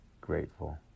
grateful